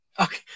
Okay